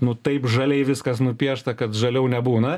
nu taip žaliai viskas nupiešta kad žaliau nebūna